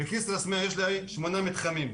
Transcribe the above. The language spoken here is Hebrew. בכסרא סמיע יש לי שמונה מתחמים,